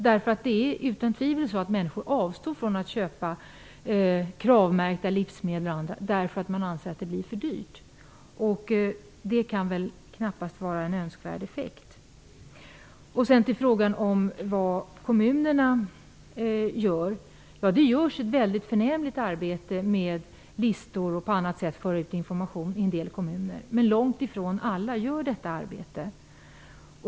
Det är utan tvivel så, att människor avstår från att köpa Kravmärkta livsmedel och annat därför att man anser att det blir för dyrt. Det kan väl knappast vara en önskvärd effekt. Till frågan om vad kommunerna gör vill jag säga att det görs ett förnämligt arbete, där man med listor och på annat sätt för ut information i en del kommuner. Men långt ifrån alla gör detta arbete.